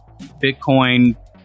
Bitcoin